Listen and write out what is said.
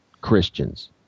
Christians